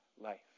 life